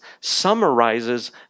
summarizes